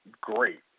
great